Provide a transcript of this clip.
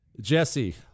Jesse